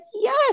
yes